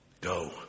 Go